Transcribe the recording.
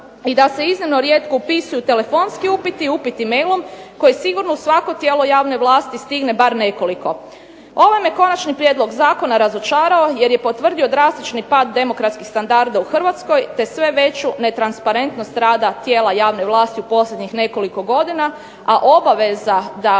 da se iznimno rijetko upisuju telefonski upiti, upiti mailom kojih sigurno u svako tijelo javne vlasti stigne bar nekoliko. Ovaj me konačni prijedlog zakona razočarao jer je potvrdio drastični pad demokratskih standarda u Hrvatskoj te sve veću netransparentnost rada tijela javne vlasti u posljednjih nekoliko godina, a obaveza da